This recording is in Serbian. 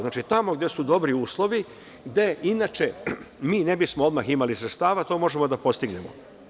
Znači, tamo gde su dobri uslovi, gde inače mi ne bi smo odmah imali sredstava, to možemo da postignemo.